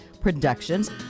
Productions